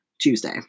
Tuesday